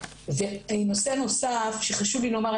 נושא נוסף שחשוב לי לומר,